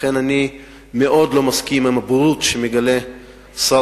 לכן אני מאוד לא מסכים עם הבורות שמגלה שר